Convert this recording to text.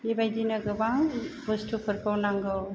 बेबायदिनो गोबां बुस्थुफोरखौ नांगौ